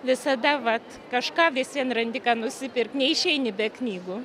visada vat kažką visvien randi ką nusipirkti neišeini be knygų